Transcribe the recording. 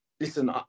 listen